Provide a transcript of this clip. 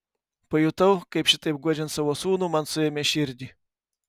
pajutau kaip šitaip guodžiant savo sūnų man suėmė širdį